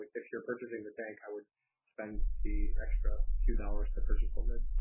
if you're purchasing the tank, i would spend the extra few dollars to purchase the lid.